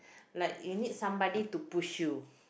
like you need somebody to push you